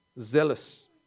Zealous